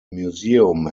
museum